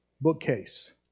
bookcase